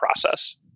process